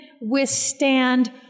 withstand